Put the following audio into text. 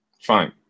Fine